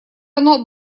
оно